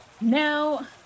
Now